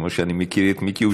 כמו שאני מכיר את מיקי,